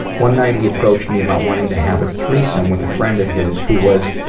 one night he approached me about wanting to have a threesome with a friend of his, who was